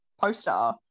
poster